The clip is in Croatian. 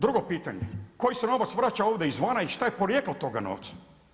Drugo pitanje, koji se novac vraća ovdje izvana i šta je porijeklo toga novca?